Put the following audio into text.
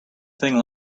thing